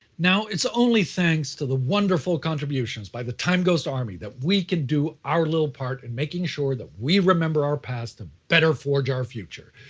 now it's only thanks to the wonderful contributions by the timeghost army that we can do our little part in making sure that we remember our past to better forge our future.